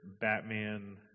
Batman